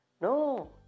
No